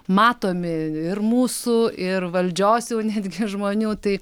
matomi ir mūsų ir valdžios jau netgi žmonių tai